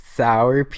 Sour